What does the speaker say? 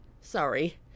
Sorry